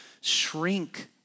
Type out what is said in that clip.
shrink